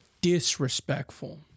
disrespectful